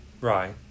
Right